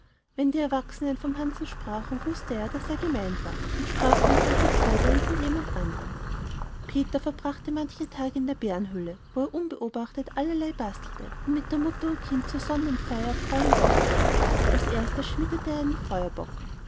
wenn die erwachsenen vom hansl sprachen wußte er daß er gemeint war und sprach dann von sich wie von jemand anderem peter verbrachte manchen tag in der bärenhöhle wo er unbeobachtet allerlei bastelte womit er mutter und kind zur sonnwendfeier erfreuen wollte als erstes schmiedete er einen feuerbock